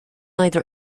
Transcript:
either